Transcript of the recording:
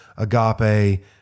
agape